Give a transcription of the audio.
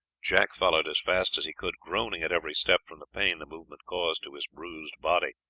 jack followed as fast as he could, groaning at every step from the pain the movement caused to his bruised body.